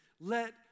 let